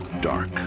dark